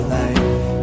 life